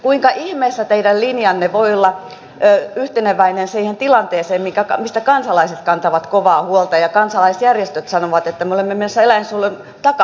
kuinka ihmeessä teidän linjanne voi olla yhteneväinen siihen tilanteeseen mistä kansalaiset kantavat kovaa huolta ja kansalaisjärjestöt sanovat että me olemme menossa eläinsuojelun takapajulaksi